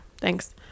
Thanks